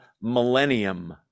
millennium